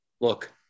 look